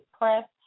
Press